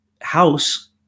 House